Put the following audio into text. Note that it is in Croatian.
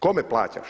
Kome plaćaš?